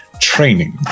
training